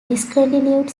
discontinued